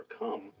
overcome